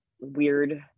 weird